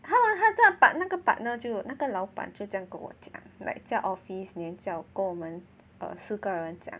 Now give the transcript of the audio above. !huh! 他这样把那个 partner 就那个老板这件这样跟我们讲 like 在 office then 叫跟我们 err 四个人讲